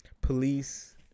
Police